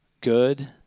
good